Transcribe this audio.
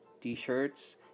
t-shirts